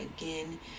again